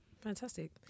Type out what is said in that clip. Fantastic